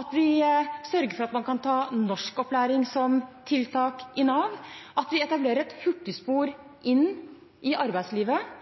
sørger for at man kan ta norskopplæring som tiltak i Nav, etablerer et hurtigspor inn i arbeidslivet,